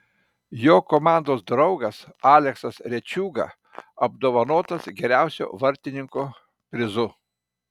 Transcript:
jo komandos draugas aleksas rečiūga apdovanotas geriausio vartininko prizu